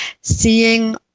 Seeing